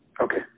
Okay